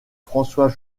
françois